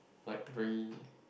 like very